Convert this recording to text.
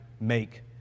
make